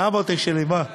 שיער סגול, חיים.